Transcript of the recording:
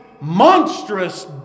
monstrous